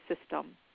system